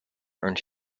earned